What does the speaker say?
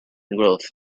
growth